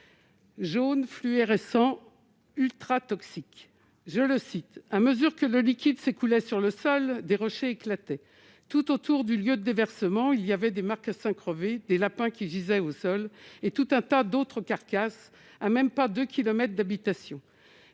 jaune fluorescent ultra toxique, je le cite, à mesure que le liquide s'écoulait sur le sol des rochers éclatés tout autour du lieu de déversement, il y avait des marcassins crevé et lapins qui gisaient au sol et tout un tas d'autres carcasses à même pas de kilomètres d'habitations,